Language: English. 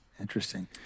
interesting